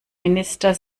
minister